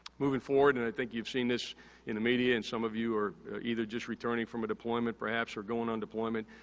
moving forward and i think you've seen this in the media and some of you are either just returning from a deployment perhaps are going on deployment,